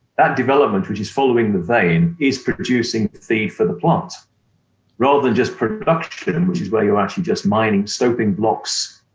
that development, which is following the vein is producing feed for the plant rather than just production, and which is where you're actually just mining stoping blocks,